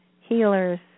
healers